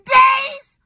days